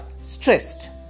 stressed